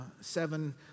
seven